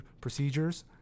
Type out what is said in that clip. procedures